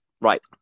right